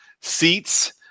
seats